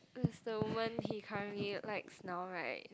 that's the woman he currently likes now right